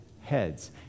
heads